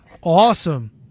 Awesome